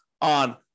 on